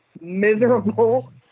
miserable